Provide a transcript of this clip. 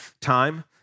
time